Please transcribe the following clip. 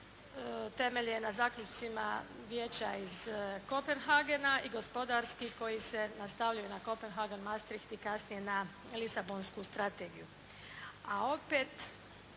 temelje na zaključcima Vijeća iz Kopenhagena i gospodarskih koji se nastavljaju na Kopenhagen Mastricht i kasnije na Lisabonsku strategiju.